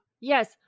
Yes